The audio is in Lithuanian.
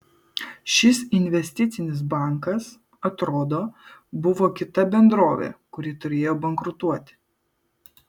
šis investicinis bankas atrodo buvo kita bendrovė kuri turėjo bankrutuoti